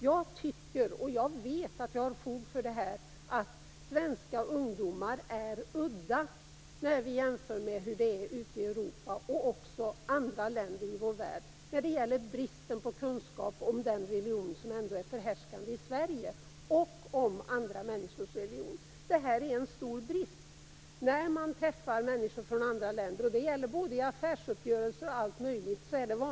Jag vet att jag har fog för att säga att svenska ungdomar är udda jämfört med hur det är ute i Europa och i andra länder i världen när det gäller bristen på kunskap om den religion som är förhärskande i Sverige och om andra människors religion. Det är en stor brist, t.ex. vid affärsuppgörelser.